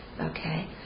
Okay